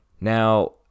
now